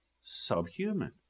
subhuman